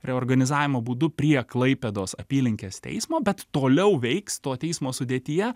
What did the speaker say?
reorganizavimo būdu prie klaipėdos apylinkės teismo bet toliau veiks to teismo sudėtyje